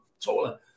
taller